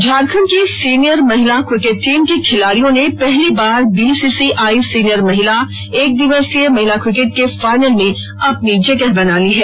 ारखंड की सीनियर महिला cricket team की खिलाड़ियों ने पहली बार बीसीसीआई सीनियर महिला एक दिवसीय महिला किकेट के फाइनल में अपनी जगह बना ली है